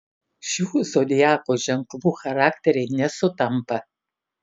šių zodiako ženklų charakteriai nesutampa